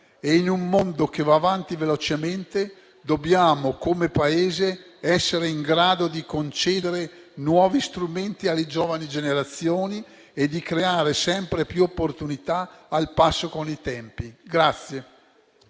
e, in un mondo che va avanti velocemente, come Paese dobbiamo essere in grado di concedere nuovi strumenti alle giovani generazioni e di creare sempre più opportunità al passo con i tempi.